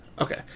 okay